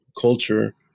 culture